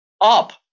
up